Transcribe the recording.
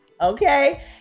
Okay